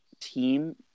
team